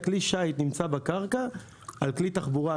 כלי השיט נמצא בקרקע על כלי תחבורה,